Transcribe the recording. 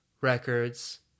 records